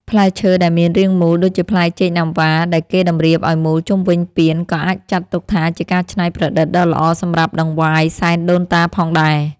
ផ្លែឈើដែលមានរាងមូលដូចជាផ្លែចេកណាំវ៉ាដែលគេតម្រៀបឱ្យមូលជុំវិញពានក៏អាចចាត់ទុកថាជាការច្នៃប្រឌិតដ៏ល្អសម្រាប់ដង្វាយសែនដូនតាផងដែរ។